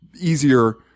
easier